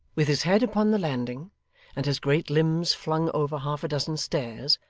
with his head upon the landing and his great limbs flung over half-a-dozen stairs,